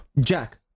Jack